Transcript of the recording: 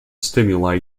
stimuli